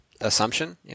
assumption